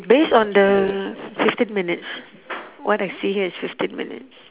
based on the fifteen minutes what I see here is fifteen minutes